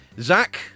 Zach